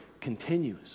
continues